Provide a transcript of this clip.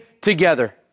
together